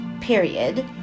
period